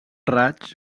raig